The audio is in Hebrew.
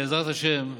בעזרת השם,